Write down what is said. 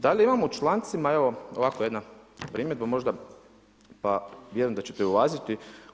Dalje imamo u člancima, evo ovako jedna primjedba možda pa vjerujem da ćete ju uvažiti.